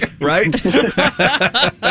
Right